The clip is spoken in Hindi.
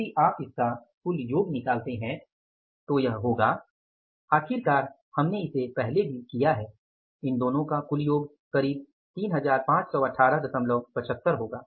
यदि आप इसका कुल योग निकालते हैं तो यह होगा आखिरकार हमने इसे पहले भी किया है इन दोनों का कुल योग करीब 351875 होगा